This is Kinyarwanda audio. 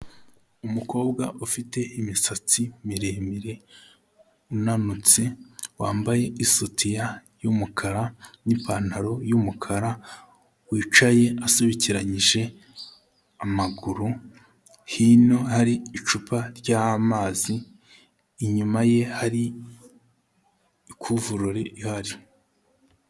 Umukobwa ufite imisatsi miremire unanutse, wambaye isutiya y'umukara n'ipantaro y'umukara, wicaye asobekeranyije amaguru, hino hari icupa ry'amazi, inyuma ye hari ikuvurori ihari.